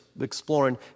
exploring